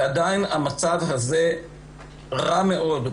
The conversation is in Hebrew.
ועדיין המצב הזה רע מאוד.